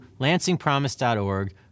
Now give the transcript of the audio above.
lansingpromise.org